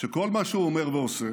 שכל מה שהוא אומר ועושה,